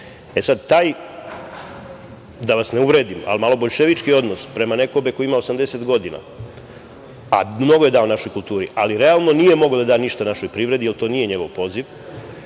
Taj, da vas ne uvredim, ali malo boljševički odnos prema nekome ko ima 80 godina a mnogo je dao našoj kulturi, dok realno nije mogao da da ništa našoj privredi jer to nije njegov poziv,